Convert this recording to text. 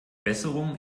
besserung